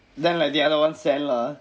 then like the other one stand lah